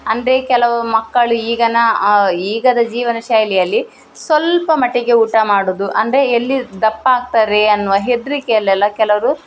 ಅಂದರೆ ಕೆಲವು ಮಕ್ಕಳು ಈಗಿನ ಈಗ ಜೀವನ ಶೈಲಿಯಲ್ಲಿ ಸ್ವಲ್ಪ ಮಟ್ಟಿಗೆ ಊಟ ಮಾಡುವುದು ಅಂದರೆ ಎಲ್ಲಿ ದಪ್ಪ ಆಗ್ತಾರೆ ಅನ್ನುವ ಹೆದರಿಕೆಯಲ್ಲೆಲ್ಲ ಕೆಲವರು